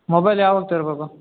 mobile ಯಾವಾಗ ತರಬೇಕು